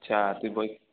আচ্ছা তুই বই